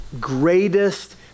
greatest